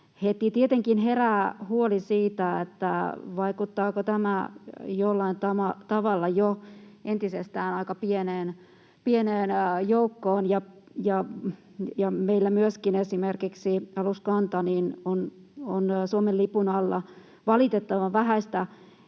herää huoli, vaikuttaako tämä jollain tavalla jo entisestään aika pieneen joukkoon. Meillä myöskin esimerkiksi aluskanta on Suomen lipun alla valitettavan vähäistä.